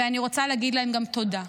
ואני רוצה להגיד להם גם תודה.